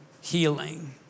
healing